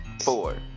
four